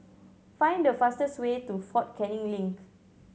find the fastest way to Fort Canning Link